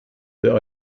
der